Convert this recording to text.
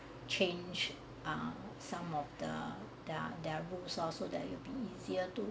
change ah some of the there there are books law so that you will be easier to